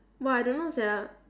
!wah! I don't know sia